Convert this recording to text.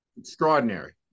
Extraordinary